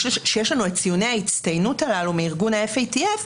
שיש לנו את ציוני ההצטיינות הללו מארגון ה-FATF,